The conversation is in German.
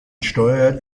steuert